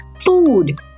food